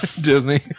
Disney